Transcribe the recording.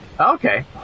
Okay